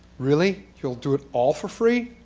really? you'll do it all for free?